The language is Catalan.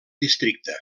districte